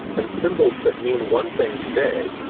and symbols that mean one thing today,